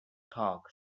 talk